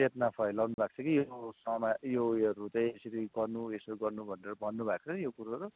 चेतना फैलाउनु भएको छ कि यो सामान यो उयोहरू चाहिँ यसरी गर्नु यसो गर्नु भनेर भन्नुभएको छ यो कुरोहरू